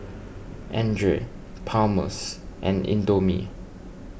andre Palmer's and Indomie